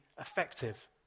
effective